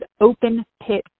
open-pit